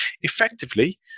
effectively